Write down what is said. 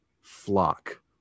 flock